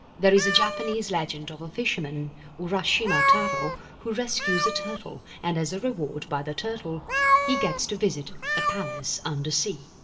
there is a japanese legend of a fisherman urashima taro who rescues a turtle and as a reward by the turtle he gets to visit a palace undersea.